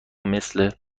مثل